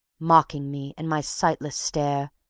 mocking me and my sightless stare,